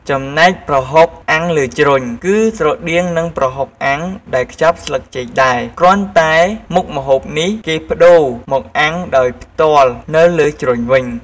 ចំណែកប្រហុកអាំងលើជ្រុញ គឺស្រដៀងនឹងប្រហុកអាំងដែលខ្ចប់ស្លឹកចេកដែរ គ្រាន់តែមុខម្ហូបនេះគេប្ដូរមកអាំងដោយផ្ទាល់នៅលើជ្រុញវិញ។